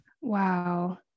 wow